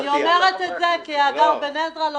אני אומרת את זה כהגר בן עזרא, לא